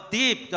deep